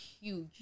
huge